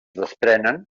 desprenen